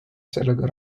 sellega